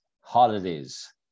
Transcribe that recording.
holidays